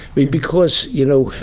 be? because, you know,